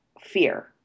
fear